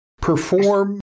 perform